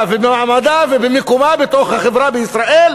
ובמעמדה ובמיקומה בתוך החברה בישראל,